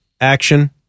action